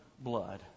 blood